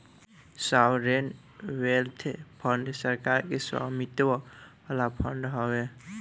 sovereign wealth fund सरकार के स्वामित्व वाला फंड हवे